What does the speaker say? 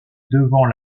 devant